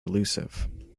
elusive